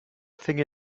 thing